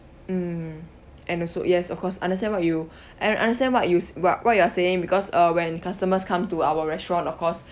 mm and also yes of course understand what you I understand what you what what you are saying because uh when customers come to our restaurant of course